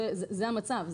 זה המצב,